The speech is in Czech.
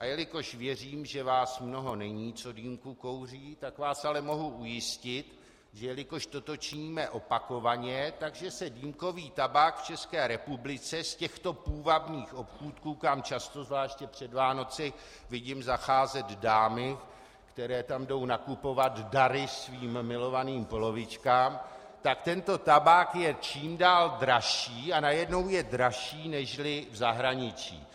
A jelikož věřím, že vás mnoho není, co dýmku kouří, tak vás ale mohu ujistit, že jelikož toto činíme opakovaně, tak že se dýmkový tabák v České republice z těchto půvabných obchůdků, kam často zvláště před Vánoci vidím zacházet dámy, které tam jdou nakupovat dary svým milovaným polovičkám, tak tento tabák je čím dál dražší a najednou je dražší než v zahraničí.